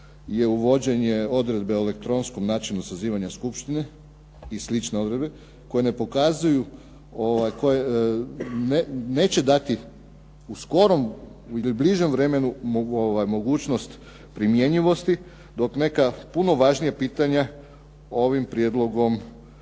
uvođenje Odredbe o elektronskom načinu sazivanja skupštine i sl. odredbe, koje ne pokazuju, koje neće dati u skorom ili bližem vremenu mogućnost primjenjivosti dok neka puno važnija pitanja ovim prijedlogom